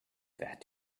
that